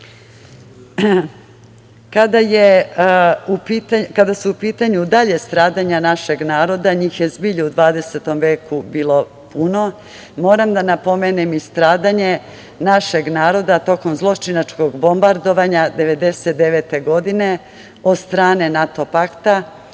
su u pitanju dalja stradanja našeg naroda, njih je zbilja u 20. veku bilo puno. Moram da napomenem i stradanje našeg naroda tokom zločinačkog bombardovanja 1999. godine od strane NATO pakta,